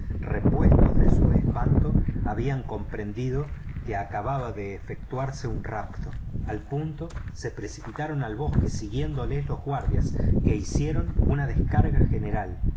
repuestos de su espanto habían comprendido que acababa de efectuarse un rapto al punto se precipitaron al bosque siguiéndoles los guardias que hicieron una descarga general